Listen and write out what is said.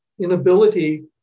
inability